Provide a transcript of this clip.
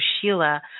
Sheila